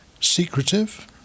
secretive